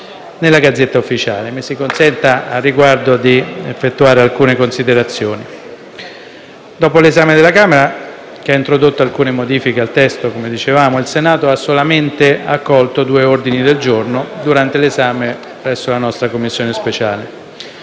Dopo l'esame della Camera, che ha introdotto alcune modifiche al testo (come dicevamo), il Senato ha solamente accolto due ordini del giorno durante l'esame presso la nostra Commissione speciale.